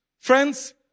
Friends